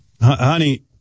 Honey